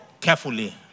carefully